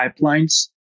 pipelines